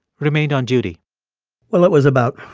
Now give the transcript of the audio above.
remained on duty well, it was about,